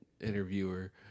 interviewer